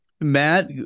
Matt